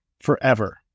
forever